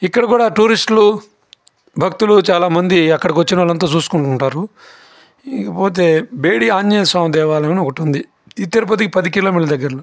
ఇక్కడ కూడా టూరిస్టులు భక్తులు చాలామంది అక్కడికి వచ్చిన వాళ్ళంతా చూసుకుంటుంటారు ఇకపోతే బేడి ఆంజనేయ స్వామి దేవాలయం అని ఒకటి ఉంది ఇది తిరుపతికి పది కిలోమీటర్ల దగ్గరలో